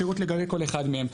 פירוט לגבי כל אחד מהם.